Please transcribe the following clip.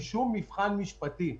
האזרחים, כתוצאה משימוש במשאבי הטבע שלנו.